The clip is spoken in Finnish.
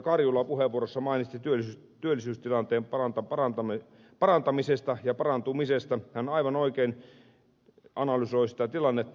karjula puheenvuorossaan mainitsi työllisyystilanteen parantamisesta ja parantumisesta hän aivan oikein analysoi sitä tilannetta